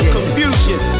confusion